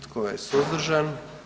Tko je suzdržan?